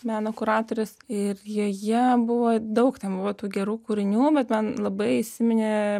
meno kuratorius ir joje buvo daug ten buvo tų gerų kūrinių bet man labai įsiminė